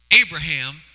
Abraham